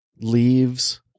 leaves